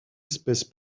espèce